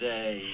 Day